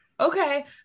okay